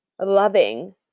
loving